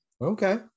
Okay